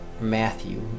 Matthew